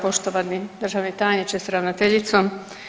Poštovani državni tajniče s ravnateljicom.